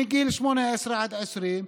מגיל 18 עד 20,